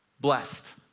blessed